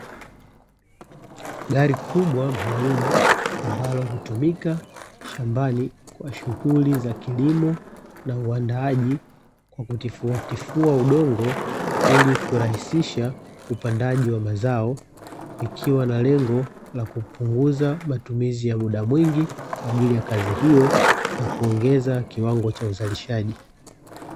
Gari kubwa maalum ambalo hutumika shambani kwa shughuli za kilimo na uandaaji kwa kufuatifua udongo ili kurahisisha upandaji wa mazao ikiwa na lengo la kupunguza matumizi ya muda mwingi kwa ajili ya kazi hiyo na kuongeza kiwango cha uzalishaji.